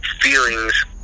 feelings